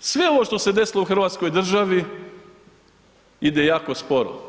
sve ovo što se desilo u hrvatskoj državi ide jako sporo.